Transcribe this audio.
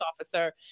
officer